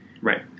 Right